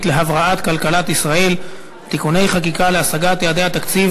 להבראת כלכלת ישראל (תיקוני חקיקה להשגת יעדי התקציב